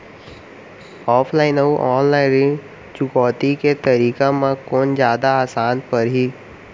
Offline अऊ online ऋण चुकौती के तरीका म कोन जादा आसान परही?